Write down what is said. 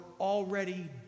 already